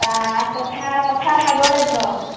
কথাৰ কথাৰ সাগৰ একদম